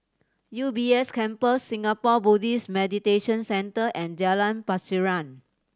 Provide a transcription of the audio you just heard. U B S Campus Singapore Buddhist Meditation Centre and Jalan Pasiran